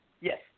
Yes